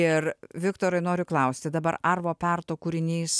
ir viktorai noriu klausti dabar arvo perto kūrinys